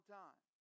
time